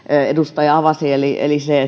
edustaja avasi eli eli se